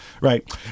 right